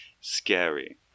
scary